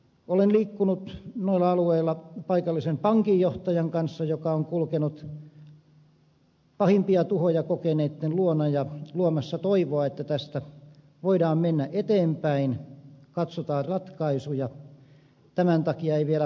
olen liikkunut noilla alueilla paikallisen pankinjohtajan kanssa joka on kulkenut pahimpia tuhoja kokeneitten luona luomassa toivoa että tästä voidaan mennä eteenpäin katsotaan ratkaisuja tämän takia ei vielä pakkohuutokauppoihin mennä